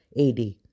AD